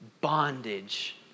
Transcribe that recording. bondage